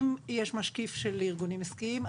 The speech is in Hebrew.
אם יש משקיף של ארגונים עסקיים,